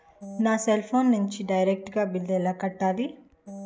నా cell phone నుంచి direct గా బిల్లు ఎలా కట్టాలి?